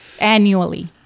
annually